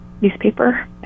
newspaper